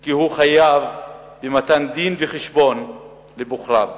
כי הוא חייב במתן דין-וחשבון לבוחריו